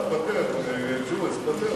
תוותר, ג'ומס, תוותר.